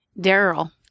Daryl